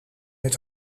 met